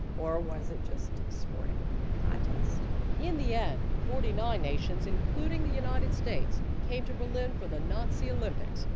or was it just a sporting contest? narrator in the end, forty nine nations including the united states, came to berlin for the nazi olympics,